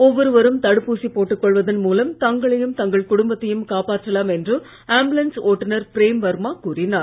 ஒவ்வொருவரும் தடுப்பூசி போட்டுக் கொள்வதன் மூலம் தங்களையும் தங்கள் குடும்பத்தையும் காப்பாற்றலாம் என்று ஆம்புலன்ஸ் ஓட்டுநர் பிரேம் வர்மா கூறினார்